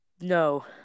No